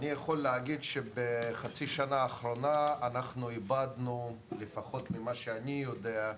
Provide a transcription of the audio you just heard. אני יכול להגיד שבחצי השנה האחרונה אנחנו איבדנו לפחות ממה שאני יודע,